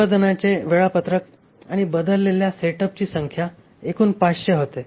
उत्पादनाचे वेळापत्रक आणि बदललेल्या सेटअपची संख्या एकूण 500 होते